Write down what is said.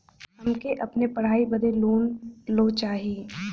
हमके अपने पढ़ाई बदे लोन लो चाही?